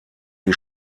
die